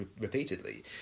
repeatedly